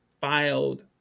filed